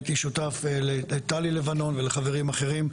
הייתי שותף לטלי לבנון ולחברים אחרים,